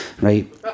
right